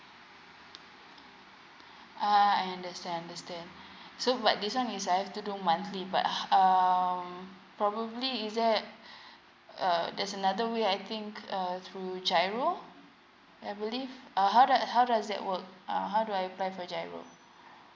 uh I understand understand so but this one is I have to do monthly but um probably is there uh there's another way I think uh through G_I_R_O I believe uh how does how does that work uh how do I apply for G_I_R_O